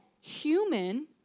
human